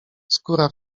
skóra